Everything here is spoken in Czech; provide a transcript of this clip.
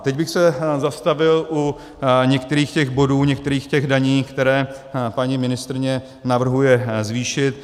Teď bych se zastavil u některých bodů, některých daní, které paní ministryně navrhuje zvýšit.